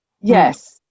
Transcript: Yes